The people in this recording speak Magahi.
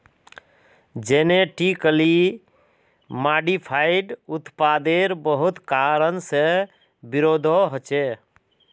जेनेटिकली मॉडिफाइड उत्पादेर बहुत कारण से विरोधो होछे